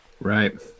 right